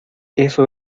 eso